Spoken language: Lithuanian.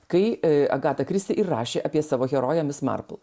kai agata kristi ir rašė apie savo heroję mis marpl